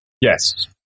yes